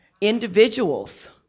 individuals